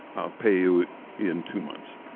i'll pay you in two months.